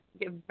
get